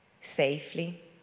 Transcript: safely